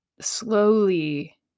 slowly